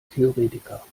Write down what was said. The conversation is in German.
theoretiker